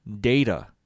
data